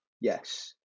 Yes